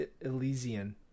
Elysian